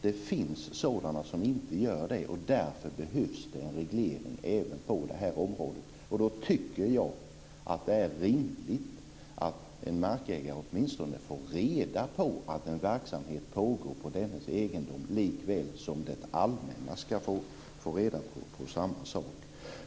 Det finns sådana som inte sköter sig och därför behövs det en reglering även på det här området. Då tycker jag att det är rimligt att en markägare åtminstone får reda på att en verksamhet pågår på dennes egendom, likaväl som det allmänna ska få reda på samma sak.